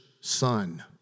son